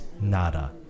nada